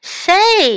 say